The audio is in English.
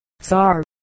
Sar